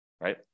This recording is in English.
right